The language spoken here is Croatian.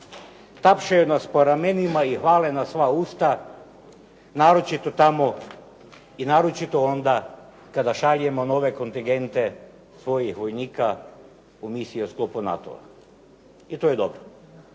Tapšaju nas po ramenima i hvale na sva usta, naročito tamo i naročito onda kada šaljemo nove kontingente svojih vojnika u misije u sklopu NATO-a. I to je dobro.